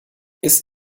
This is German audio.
ist